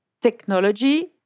technology